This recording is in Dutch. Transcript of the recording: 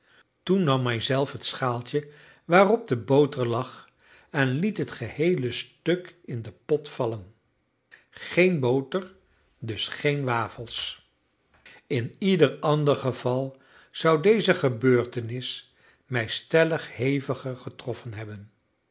toen nam hij zelf het schaaltje waarop de boter lag en liet het geheele stuk in den pot vallen geen boter dus geen wafels in ieder ander geval zou deze gebeurtenis mij stellig heviger getroffen hebben